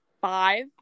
five